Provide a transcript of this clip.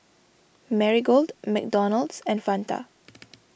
Marigold McDonald's and Fanta